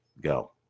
go